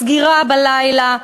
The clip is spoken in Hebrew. סגירה בלילה,